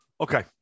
Okay